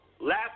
Last